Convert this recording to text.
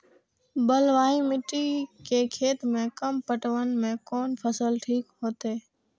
बलवाही मिट्टी के खेत में कम पटवन में कोन फसल ठीक होते?